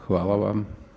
Hvala vam.